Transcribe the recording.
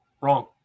Wrong